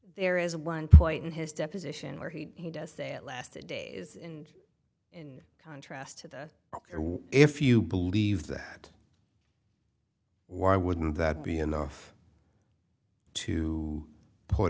there is one point in his deposition where he does say it lasted days and in contrast to that if you believe that why wouldn't that be enough to put